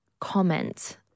comment